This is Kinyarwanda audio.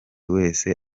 wese